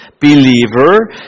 believer